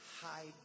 hide